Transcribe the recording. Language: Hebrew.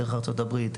דרך ארצות הברית,